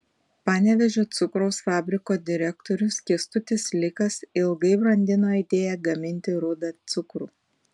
panevėžio cukraus fabriko direktorius kęstutis likas ilgai brandino idėją gaminti rudą cukrų